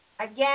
again